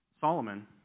Solomon